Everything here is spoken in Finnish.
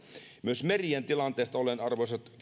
myös merien tilanteesta olen arvoisat